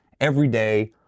everyday